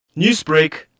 Newsbreak